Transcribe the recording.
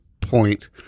point